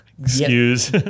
excuse